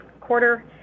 quarter